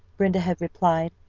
brenda had replied,